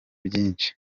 byinshi